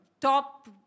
top